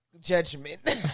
judgment